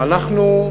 אנחנו,